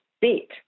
bit